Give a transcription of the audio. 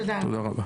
תודה רבה.